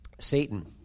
Satan